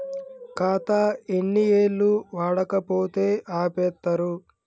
ఖాతా ఎన్ని ఏళ్లు వాడకపోతే ఆపేత్తరు?